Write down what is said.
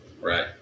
Right